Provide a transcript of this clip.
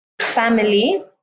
family